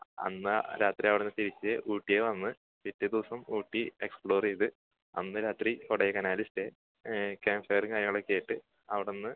അന്ന് രാത്രി അവിടെ നിന്ന് തിരിച്ച് ഊട്ടി വന്ന് പിറ്റേ ദിവസം ഊട്ടി എക്സ്പ്ലോർ ചെയ്ത് അന്ന് രാത്രി കൊടൈക്കനാൽ സ്റ്റേ ക്യാംഫെയറും കാര്യങ്ങളുമൊക്കെ ആയിട്ട് അവിടെ നിന്ന്